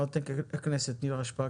חברת הכנסת נירה שפק,